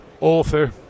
author